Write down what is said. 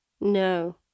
No